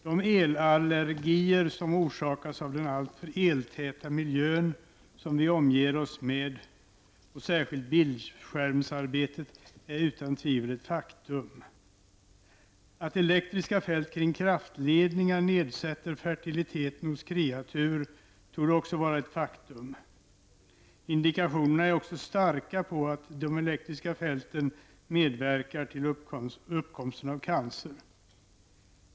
De elallergier som orsakas av den eltäta miljö som vi omger oss med, och särskilt bildskärmsarbete, är utan tvivel ett faktum. Att elektriska fält kring kraftledningar nedsätter fertiliteten hos kreatur torde också vara ett faktum. Indikationerna är också starka på att de elektriska fälten medverkar till uppkomsten av cancer.